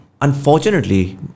Unfortunately